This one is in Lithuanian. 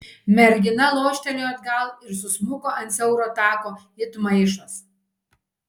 mergina loštelėjo atgal ir susmuko ant siauro tako it maišas